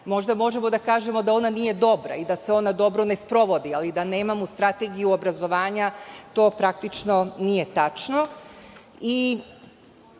Možda možemo da kažemo da ona nije dobra i da se ona dobro ne sprovodi, ali da nemamo strategiju obrazovanja to praktično nije tačno.Za